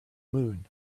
moon